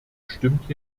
stimmt